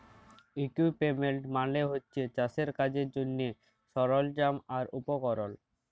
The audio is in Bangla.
ইকুইপমেল্ট মালে হছে চাষের কাজের জ্যনহে সরল্জাম আর উপকরল